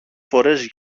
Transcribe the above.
φορές